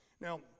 Now